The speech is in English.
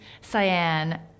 cyan